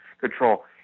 control